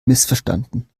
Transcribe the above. missverstanden